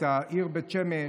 את העיר בית שמש,